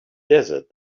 desert